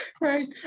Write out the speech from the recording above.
right